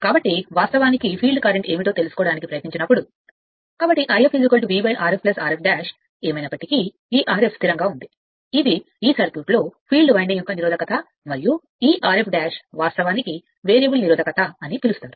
కాబట్టి వాస్తవానికి field current ఏమిటో తెలుసుకోవడానికి ప్రయత్నించినప్పుడు కాబట్టి∅ V Rf Rf ఏమైనప్పటికీ ఈ Rf స్థిరంగా ఉంది ఇది ఈ దాఖలు చేసిన మూసివేసే సర్క్యూట్ యొక్క క్షేత్ర నిరోధకత మరియు ఈ Rf వాస్తవానికి కి వేరియబుల్ నిరోధకత అని పిలుస్తారు